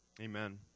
amen